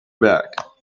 back